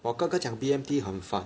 我哥哥讲 B_M_T 很 fun